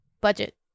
budget